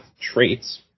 traits